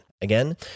Again